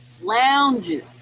lounges